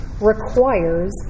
requires